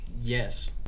Yes